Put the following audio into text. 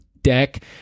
deck